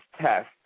Test